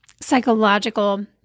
psychological